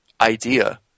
idea